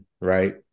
right